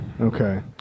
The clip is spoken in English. Okay